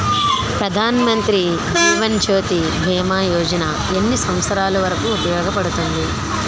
ప్రధాన్ మంత్రి జీవన్ జ్యోతి భీమా యోజన ఎన్ని సంవత్సారాలు వరకు ఉపయోగపడుతుంది?